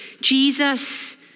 Jesus